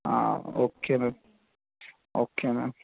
okay ma'am okay ma'am